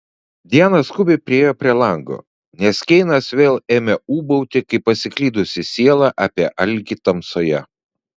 diana skubiai priėjo prie lango nes keinas vėl ėmė ūbauti kaip pasiklydusi siela apie alkį tamsoje